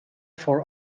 for